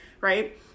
right